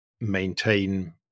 maintain